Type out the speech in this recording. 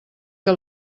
que